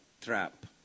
trap